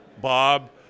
Bob